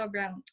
sobrang